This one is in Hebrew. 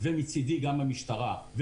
ומצדי גם המשטרה,